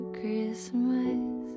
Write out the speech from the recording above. christmas